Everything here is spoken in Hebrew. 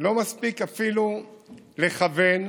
לא מספיק אפילו לכוון.